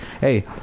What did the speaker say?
hey